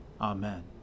Amen